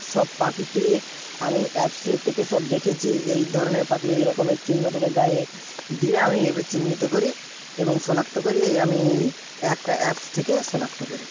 সব পাখিকে আমি অ্যাপসের থেকে সব দেখেছি এই ধরনের পাখি এই রকমের চিহ্ন থাকে গায়ে দিয়ে আমি এইভাবে চিহ্নিত করি এবং শনাক্ত করি এই আমি একটা অ্যাপস থেকে শনাক্ত করি